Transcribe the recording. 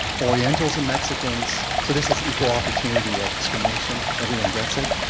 orientals and mexicans so this is equal opportunity of discrimination, everyone gets it,